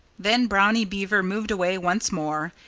then brownie beaver moved away once more.